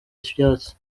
ivyatsi